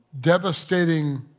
devastating